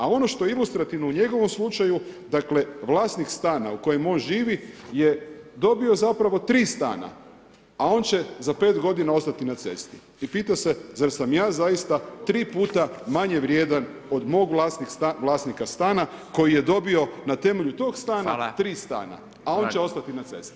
A ono što je ilustrativno u njegovom slučaju dakle vlasnik stana u kojem on živi je dobio zapravo tri stana, a on će za pet godina ostati na cesti i pita se, zar sam ja zaista tri puta manje vrijedan od moga vlasnika stana koji je dobio na temelju tog stana tri stana, a on će ostati na cesti.